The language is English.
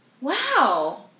wow